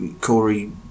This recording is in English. Corey